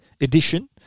Edition